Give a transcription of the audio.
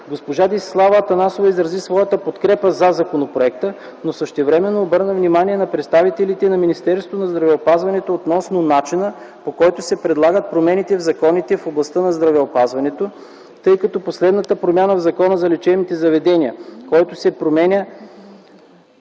Госпожа Десислава Атанасова изрази своята подкрепа за законопроекта, но същевременно обърна внимание на представителите на Министерството на здравеопазването относно начина, по който се предлагат промените в законите в областта на здравеопазването, тъй като последната промяна в Закона за лечебните заведения, който се променя